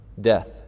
death